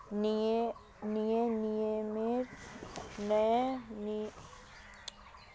नया नियमेर अनुसार जमा खातात ब्याज प्रतिदिनेर आधार पर दियाल जाबे